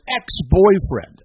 ex-boyfriend